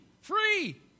free